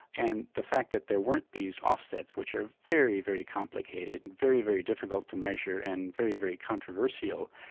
and the fact that there weren't these offsets which are very, very complicated, and very, very difficult to measure and very, very controversial,